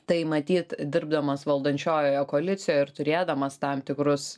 tai matyt dirbdamas valdančiojoje koalicijoje ir turėdamas tam tikrus